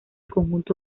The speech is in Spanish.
conjunto